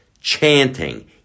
chanting